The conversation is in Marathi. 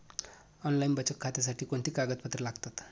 ऑनलाईन बचत खात्यासाठी कोणती कागदपत्रे लागतात?